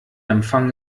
empfang